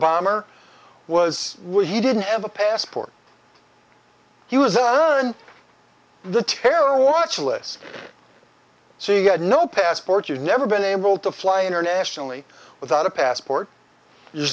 bomber was when he didn't have a passport he was on the terror watch list so you had no passport you never been able to fly internationally without a passport